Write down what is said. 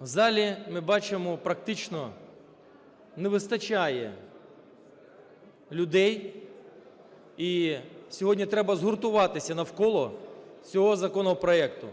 в залі ми бачимо практично не вистачає людей і сьогодні треба згуртуватися навколо цього законопроекту.